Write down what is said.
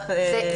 כן.